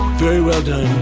very well done.